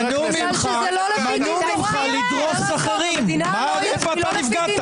מנעו ממך לדרוס אחרים, איפה אתה נפגעת?